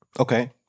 Okay